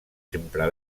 sempre